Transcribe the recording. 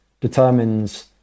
determines